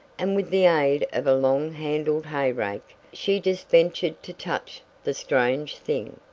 and with the aid of a long handled hay rake, she just ventured to touch the strange thing.